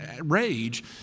rage